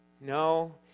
no